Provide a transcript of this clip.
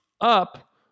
up